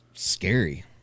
scary